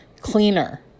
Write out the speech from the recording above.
cleaner